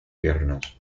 piernas